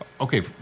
Okay